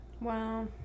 wow